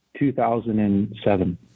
2007